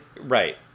right